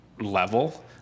level